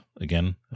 again